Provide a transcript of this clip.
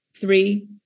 three